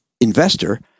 investor